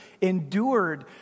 endured